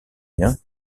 bien